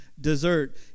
dessert